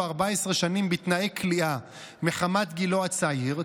14 שנים בתנאי כליאה מחמת גילו הצעיר,